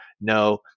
No